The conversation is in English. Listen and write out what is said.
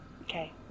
Okay